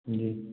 जी